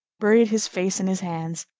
buried his face in his hands,